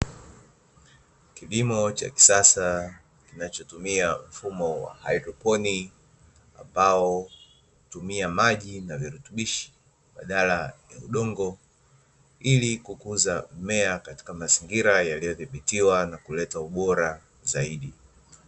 Kilimo cha kisasa kinachotumia mfumo wa haidroponi, ambao hutumia maji na virutubishi badala ya udongo, ili kukuza mmea katika mazingira yaliyodhibitiwa na kuleta ubora zaidi.